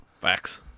Facts